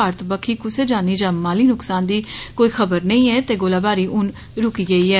भारत बक्खी कुसै जानी या माली नुक्सान दी कोई खबर नेई ऐ ते गोलाबारी हुन रूकी गेई ऐ